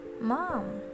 Mom